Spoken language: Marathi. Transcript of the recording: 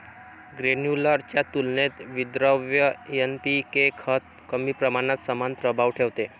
ग्रेन्युलर च्या तुलनेत विद्रव्य एन.पी.के खत कमी प्रमाणात समान प्रभाव ठेवते